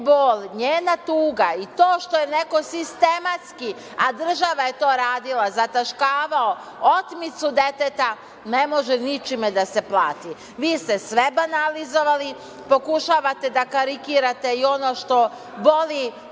bol, njena tuga i to što je neko sistematski, a država je to radila, zataškavao otmicu deteta, ne može ničime da se plati. Vi ste sve banalizovali. Pokušavate da karikirate i ono što boli